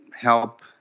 help